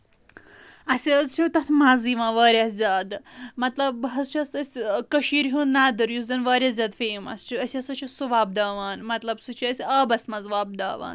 اَسہِ حظ چھُ تَتھ مَزٕ یِوان واریاہ زیادٕ مطلب بہٕ حظ چھس کٔشیٖر ہُنٛد ندُر یُس زَن واریاہ زیادٕ فیمَس چھُ أسۍ ہسا چھِ سُہ وۄپداوان مطلب سُہ چھِ أسۍ آبس منٛز وۄپداوان